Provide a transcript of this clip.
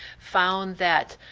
found that,